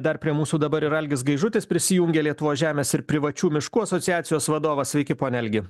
dar prie mūsų dabar ir algis gaižutis prisijungė lietuvos žemės ir privačių miškų asociacijos vadovas sveiki pone algi